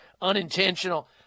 unintentional